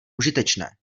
užitečné